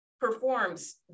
performs